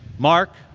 mark,